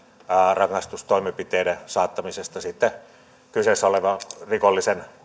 rangaistustoimenpiteiden saattamisesta kyseessä olevan rikollisen